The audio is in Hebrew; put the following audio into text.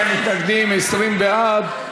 42 מתנגדים, 20 בעד,